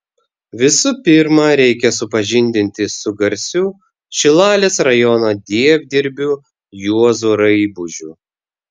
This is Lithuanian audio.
visų pirma reikia supažindinti su garsiu šilalės rajono dievdirbiu juozu raibužiu